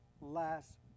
last